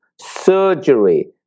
surgery